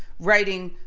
writing,